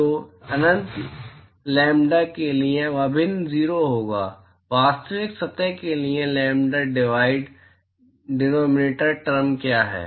तो अनंत एलम्ब्डा के लिए अभिन्न 0 होगा वास्तविक सतह से डलम्ब्डा डिवाइड डिनोमिनेटर टर्म क्या है